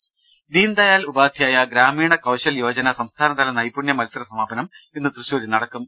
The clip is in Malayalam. ദർവ്വെട്ടറ ദീൻദയാൽ ഉപാദ്ധ്യായ ഗ്രാമീണ കൌശൽ യോജന സംസ്ഥാനതല നൈപുണ്യ മത്സര സമാപനം ഇന്ന് തൃശൂരിൽ നടക്കും